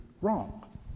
wrong